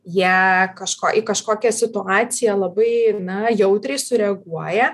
jie kažko į kažkokią situaciją labai na jautriai sureaguoja